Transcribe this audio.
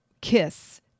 Kiss